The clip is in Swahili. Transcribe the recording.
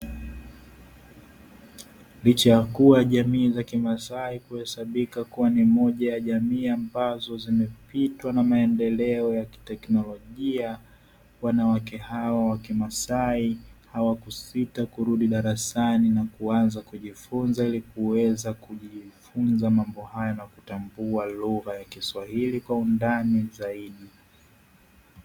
Licha ya kuwa jamii za kimasai kuhesabika kuwa ni moja ya jamii ambazo zimepitwa na maendeleo ya teknolojia, wanawake hao wa kimasai hawakusita kurudi darasani na kuanza kujifunza ili kuweza kujifunza mambo hayo na kutambua lugha ya kiswahili kwa undani zaidi.